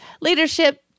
leadership